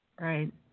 Right